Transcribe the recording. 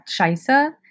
Shaisa